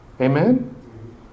Amen